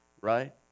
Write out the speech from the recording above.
right